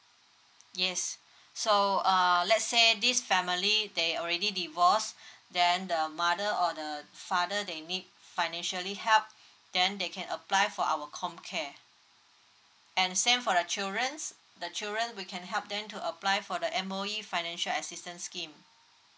yes so uh let's say this family they already divorced then the mother or the father they need financially help then they can apply for our comcare and same for the children s~ the children we can help them to apply for the M_O_E financial assistance scheme